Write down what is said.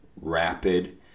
rapid